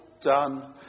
done